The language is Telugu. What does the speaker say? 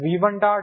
v1 v1